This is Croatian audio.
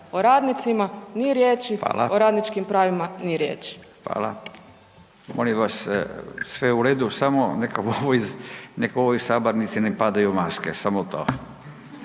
o radnicima ni riječi, o radničkim pravima ni riječ. **Radin, Furio (Nezavisni)** Hvala. Molim vas, sve u redu, samo neka u ovoj sabornici ne padaju maske, samo to.